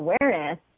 awareness